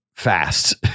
fast